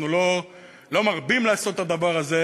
אנחנו לא מרבים לעשות את הדבר הזה,